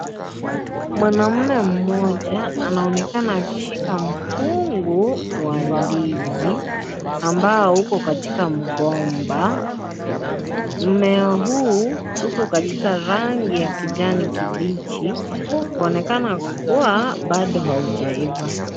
Mwanaume mmoja anaonekana akishika mkungu wa ndizi ambao uko katika mgomba. Mmea huu uko katika rangi ya kijani kibichi, kuonekana kuwa bado haujaiva.